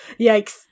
Yikes